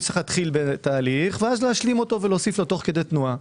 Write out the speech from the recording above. שצריך להתחיל בתהליך ואז להשלימו ולהוסיף לו תוך כדי תנועה.